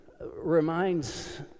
reminds